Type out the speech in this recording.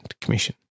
commission